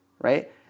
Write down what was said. right